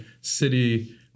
city